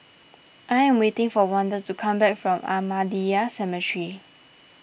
I am waiting for Wanda to come back from Ahmadiyya Cemetery